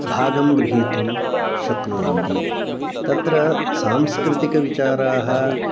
भागं गृहीतुं शक्नुवन्ति तत्र सांस्कृतिकविचाराः